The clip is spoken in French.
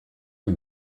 mon